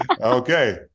okay